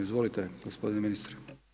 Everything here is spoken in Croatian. Izvolite gospodine ministre.